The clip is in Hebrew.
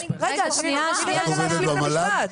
שנייה -- את עובדת במל"ג?